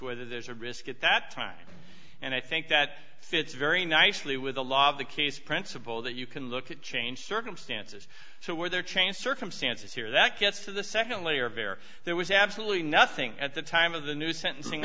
whether there's a risk at that time and i think that fits very nicely with the law of the case principle that you can look at changed circumstances so where there changed circumstances here that gets to the nd layer of air there was absolutely nothing at the time of the new sentencing